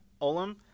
Olam